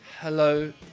Hello